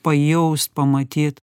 pajaust pamatyt